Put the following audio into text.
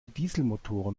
dieselmotoren